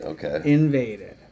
invaded